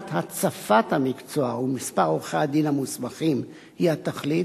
שאלת הצפת המקצוע ומספר עורכי-הדין המוסמכים היא התכלית,